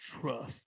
Trust